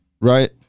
Right